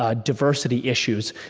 ah diversity issues.